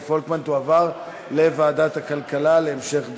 פולקמן תועבר לוועדת הכלכלה להמשך דיון.